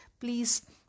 Please